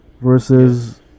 versus